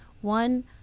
One